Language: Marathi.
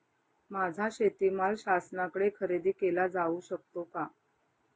माझा शेतीमाल शासनाकडे खरेदी केला जाऊ शकतो का?